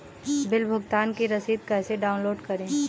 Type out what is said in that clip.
Bill भुगतान की रसीद कैसे डाउनलोड करें?